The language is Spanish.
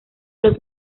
los